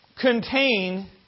contain